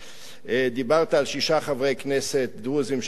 דיברת על שישה חברי כנסת דרוזים שנמצאים פה.